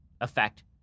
effect